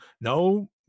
no